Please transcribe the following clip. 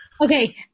Okay